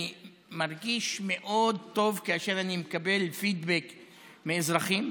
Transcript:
אני מרגיש מאוד טוב כשאני מקבל פידבק מאזרחים,